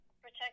Protect